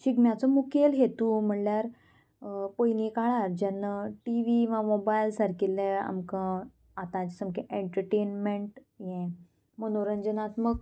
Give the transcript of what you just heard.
शिगम्याचो मुखेल हेतू म्हणल्यार पयली काळार जेन्ना टिवी वा मोबायल सारकिल्ले आमकां आतांचे सामकें एन्टर्टेनमेंट हें मनोरंजनात्मक